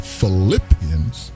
Philippians